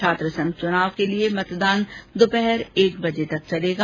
छात्रसंघ चुनाव के लिये मतदान दोपहर एक बजे तक चलेगा